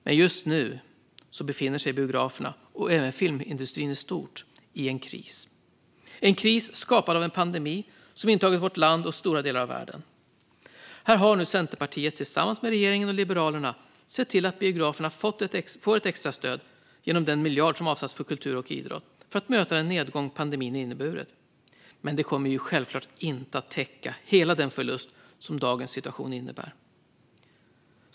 Men just nu befinner sig biograferna, och även filmindustrin i stort, i en kris. Det är en kris skapad av en pandemi som har intagit vårt land och stora delar av världen. Centerpartiet har nu tillsammans med regeringen och Liberalerna sett till att biograferna får ett extra stöd genom den miljard som avsatts för kultur och idrott för att möta den nedgång som pandemin inneburit. Detta kommer dock självklart inte att täcka hela den förlust som dagens situation innebär.